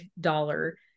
Dollar